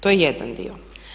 To je jedan dio.